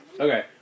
Okay